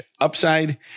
upside